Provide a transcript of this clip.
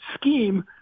scheme